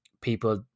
people